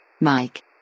Mike